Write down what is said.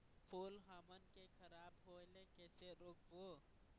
फूल हमन के खराब होए ले कैसे रोकबो?